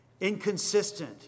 Inconsistent